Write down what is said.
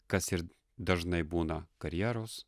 kas ir dažnai būna karjeros